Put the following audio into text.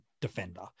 defender